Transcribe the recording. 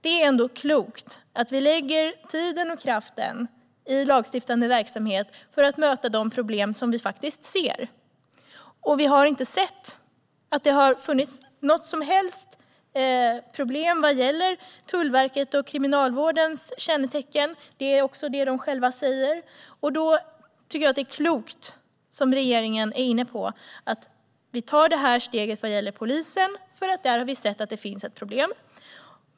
Det är ändå klokt att vi lägger tid och kraft i lagstiftande verksamhet på att möta de problem som vi faktiskt ser, och vi har inte sett att det har funnits något som helst problem vad gäller Tullverkets och Kriminalvårdens kännetecken - det är också vad de själva säger. Därför tycker jag att det är klokt, som regeringen är inne på, att vi tar det här steget vad gäller polisen, för där har vi sett att det finns ett problem.